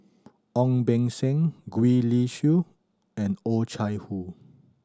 Ong Beng Seng Gwee Li Sui and Oh Chai Hoo